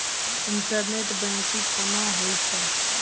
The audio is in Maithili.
इंटरनेट बैंकिंग कोना होय छै?